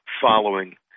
following